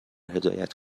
هدایت